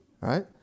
right